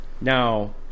Now